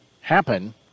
happen